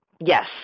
Yes